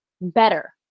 better